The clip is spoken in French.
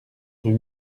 rue